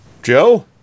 Joe